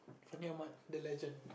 Fenueil mart the legend